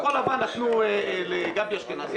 כחול לבן נתנו לגבי אשכנזי,